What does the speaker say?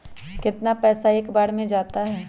कितना पैसा एक बार में जाता है?